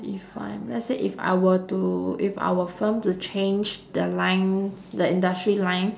if I'm let's say if I were to if I were firm to change the line the industry line